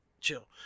Chill